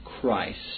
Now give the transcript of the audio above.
Christ